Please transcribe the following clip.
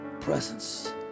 presence